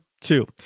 two